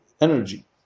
energy